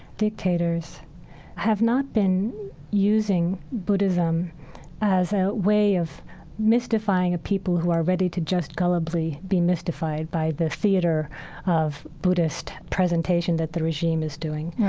dictators have not been using buddhism as a way of mystifying a people who are ready to just gullibly be mystified by the theater of buddhist presentation that the regime is doing